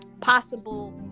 possible